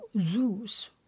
Zeus